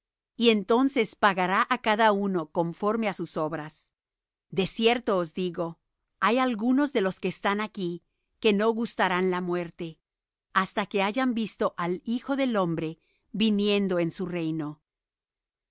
y entonces pagará á cada uno conforme á sus obras de cierto os digo hay algunos de los que están aquí que no gustarán la muerte hasta que hayan visto al hijo del hombre viniendo en su reino